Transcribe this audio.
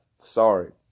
sorry